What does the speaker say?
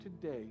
today